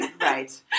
Right